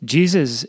Jesus